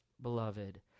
beloved